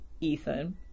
Ethan